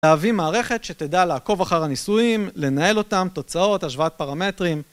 להביא מערכת שתדע לעקוב אחר הניסויים, לנהל אותם, תוצאות, השוואת פרמטרים.